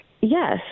Yes